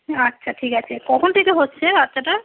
আচ্ছা ঠিক আছে কখন থেকে হচ্ছে বাচ্চাটার